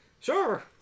Sure